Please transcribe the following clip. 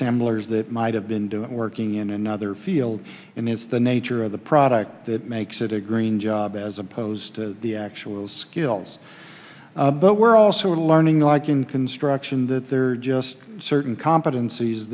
assemblers that might have been doing working in another field and it's the nature of the product that makes it a green job as opposed to the actual skills but we're also learning like in construction that there are just certain competen